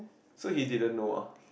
so he didn't know ah